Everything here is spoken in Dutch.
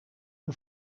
een